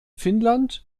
finnland